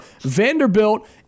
Vanderbilt